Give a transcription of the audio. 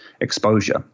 exposure